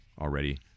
already